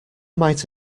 might